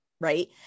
right